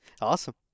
awesome